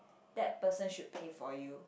that person should pay for you